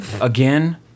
again